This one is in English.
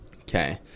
Okay